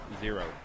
zero